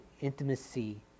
intimacy